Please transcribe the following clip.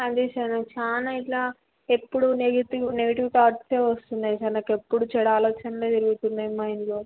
అదే సార్ నాకు చాలా ఇలా ఎప్పుడూ నెగిటివ్ నెగిటివ్ థాట్సే వస్తున్నాయి సార్ నాకు ఎప్పుడు చెడు ఆలోచనలేే జరుగుతున్నాయి మైండ్లో